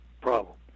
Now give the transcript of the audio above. problem